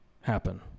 happen